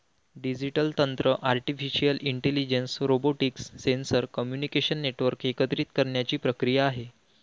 digital तंत्र artificial intelligence, robotics, sensor, communication network एकत्रित करण्याची प्रक्रिया आहे